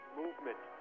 movement